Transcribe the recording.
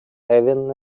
having